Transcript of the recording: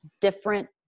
different